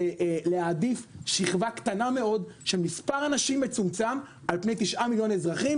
להעדיף שכבה קטנה מאוד של מספר אנשים מצומצם על פני תשעה מיליון אזרחים,